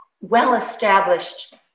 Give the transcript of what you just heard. well-established